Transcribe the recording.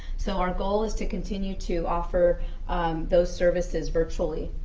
so our goal is to continue to offer those services virtually.